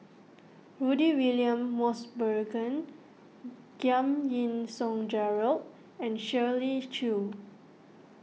Rudy William Mosbergen Giam Yean Song Gerald and Shirley Chew